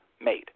made